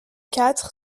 quatre